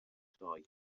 sioe